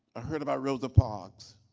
heard about rosa parks.